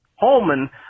Holman